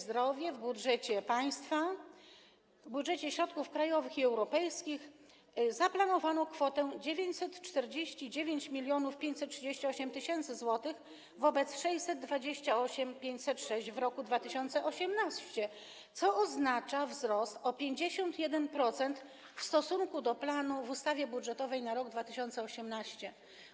Zdrowie w budżecie państwa, budżecie środków krajowych i europejskich, zaplanowano kwotę 949 538 tys. zł wobec 628 506 tys. w roku 2018, co oznacza wzrost o 51% w stosunku do planu w ustawie budżetowej na rok 2018.